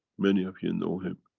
many of you know him,